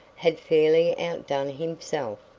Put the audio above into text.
had fairly outdone himself.